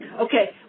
Okay